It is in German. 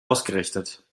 ausgerichtet